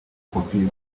kopi